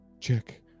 check